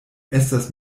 estas